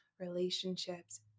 relationships